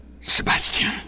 Sebastian